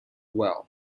well